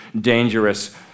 dangerous